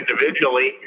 individually